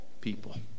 people